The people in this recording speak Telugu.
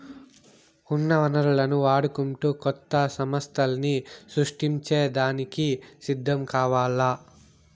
ఉన్న వనరులను వాడుకుంటూ కొత్త సమస్థల్ని సృష్టించే దానికి సిద్ధం కావాల్ల